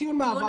ציון מעבר.